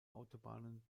autobahnen